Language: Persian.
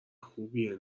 خوبیه